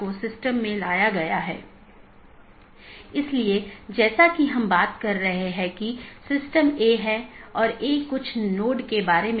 यहाँ multi home AS के 2 या अधिक AS या उससे भी अधिक AS के ऑटॉनमस सिस्टम के कनेक्शन हैं